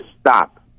stop